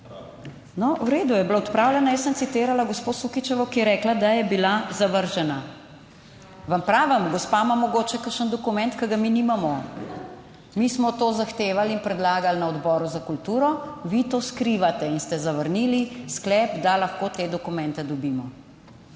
No, v redu, je bila odpravljena. Jaz sem citirala gospo Sukičevo, ki je rekla, da je bila zavržena. Vam pravim, gospa ima mogoče kakšen dokument, ki ga mi nimamo. Mi smo to zahtevali in predlagali na Odboru za kulturo, vi to skrivate in ste zavrnili sklep, da lahko te dokumente dobimo.